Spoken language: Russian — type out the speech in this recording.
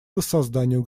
воссозданию